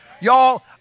Y'all